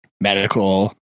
medical